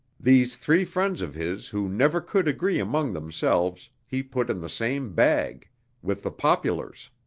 these three friends of his who never could agree among themselves he put in the same bag with the populars.